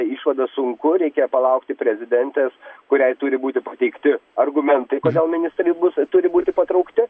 išvadas sunku reikia palaukti prezidentės kuriai turi būti pateikti argumentai kodėl ministrai bus turi būti patraukti